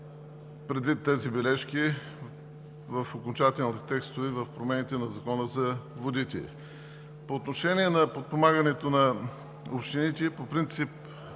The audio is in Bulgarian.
предвид тези бележки в окончателните текстове – в промените на Закона за водите. По отношение подпомагането на общините – по принцип